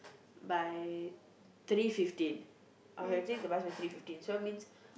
by three fifteen I can take the bus at three fifteen so means